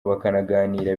bakaganira